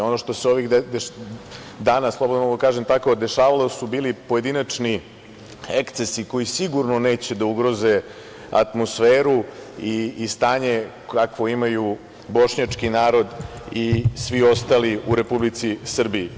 Ono što se ovih dana, slobodno mogu da kažem tako, dešavalos su bili pojedinačni ekscesi koji sigurno neće da ugroze atmosferu i stanje kakvo imaju bošnjački narod i svi ostali u Republici Srbiji.